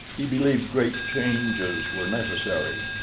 he believed great changes were necessary.